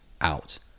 out